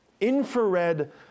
infrared